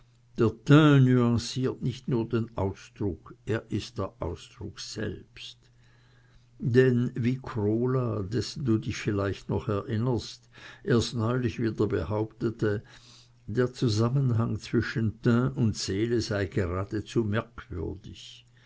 nicht nur den ausdruck er ist der ausdruck selbst denn wie krola dessen du dich vielleicht noch erinnerst erst neulich wieder behauptete der zusammenhang zwischen teint und seele sei geradezu merkwürdig